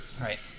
right